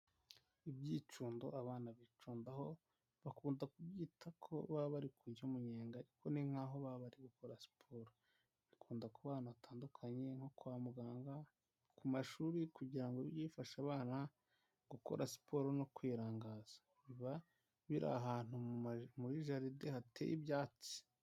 Ibyicundo abana bicundaho bakunda kubyita ko baba bari kurya umunyenga ariko nink'aho baba bari gukora siporo. Bikunda kuba ahantu hatandukanye kno kwa muganga, ku mashuri kugira ngo bijye bifashe abana gukora siporo no kwirangaza, biba biri ahantu muma muri majaride hateye ibyatsi.